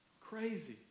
Crazy